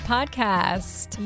Podcast